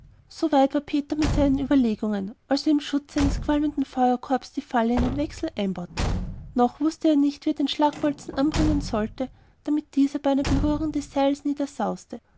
peter mit seinen überlegungen als er im schutz seines qualmenden feuerkorbes die falle in den wechsel einbaute noch wußte er nicht wie er den schlagbolzen anbringen sollte damit dieser bei einer berührung des seiles